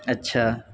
اچھا